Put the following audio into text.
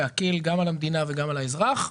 להקל גם על המדינה וגם על האזרח.